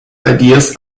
ideas